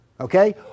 Okay